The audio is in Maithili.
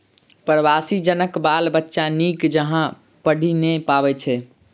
प्रवासी जनक बाल बच्चा नीक जकाँ पढ़ि नै पबैत छै